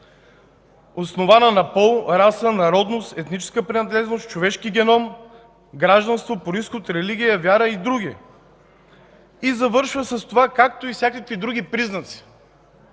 „основана на пол, раса, народност, етническа принадлежност, човешки геном, гражданство, произход, религия, вяра и други”. И завършва с това: „както и всякакви други признаци”.